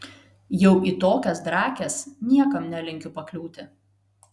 jau į tokias drakes niekam nelinkiu pakliūti